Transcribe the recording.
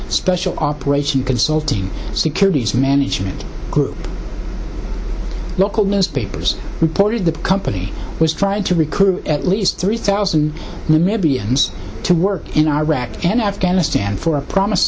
special operations consulting securities management group local newspapers reported the company was trying to recruit at least three thousand maybe arms to work in iraq and afghanistan for a promise